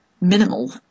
minimal